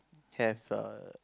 have err